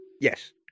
Yes